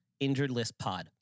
InjuredListPod